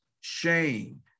shame